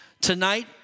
Tonight